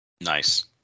Nice